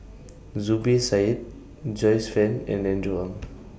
Zubir Said Joyce fan and Andrew Ang